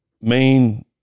main